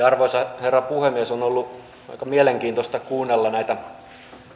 arvoisa herra puhemies on ollut aika mielenkiintoista kuunnella näitä